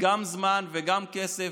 גם זמן וגם כסף,